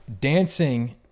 dancing